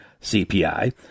CPI